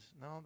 No